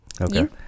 Okay